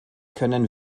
können